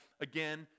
again